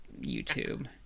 YouTube